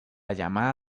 llamada